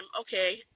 okay